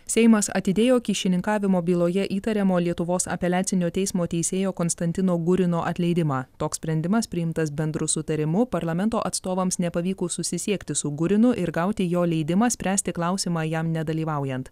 seimas atidėjo kyšininkavimo byloje įtariamo lietuvos apeliacinio teismo teisėjo konstantino gurino atleidimą toks sprendimas priimtas bendru sutarimu parlamento atstovams nepavykus susisiekti su gurinu ir gauti jo leidimą spręsti klausimą jam nedalyvaujant